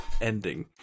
ending